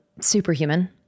superhuman